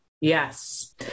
yes